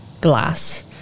glass